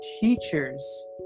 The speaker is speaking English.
teachers